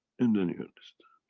and then you understand.